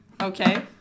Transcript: Okay